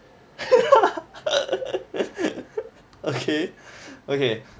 okay okay